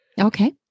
Okay